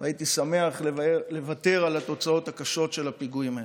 הייתי שמח לוותר על התוצאות הקשות של הפיגועים האלה.